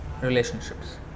relationships